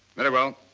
very well.